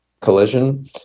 collision